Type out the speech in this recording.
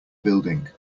building